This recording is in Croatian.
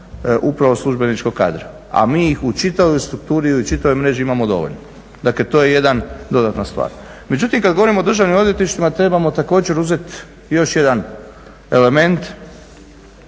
upravo službeničkog kadra. A mi ih u čitavoj strukturi i u čitavoj mreži imamo dovoljno. Dakle to je jedna dodatna stvar. Međutim, kada govorimo o državnim odvjetništvima trebamo također uzeti još jedan element